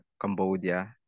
Cambodia